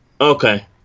Okay